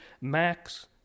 Max